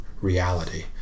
reality